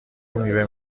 میوه